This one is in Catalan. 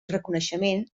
reconeixement